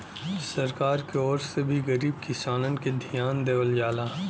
सरकार के ओर से भी गरीब किसानन के धियान देवल जाला